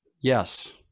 Yes